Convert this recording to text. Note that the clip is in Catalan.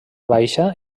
baixa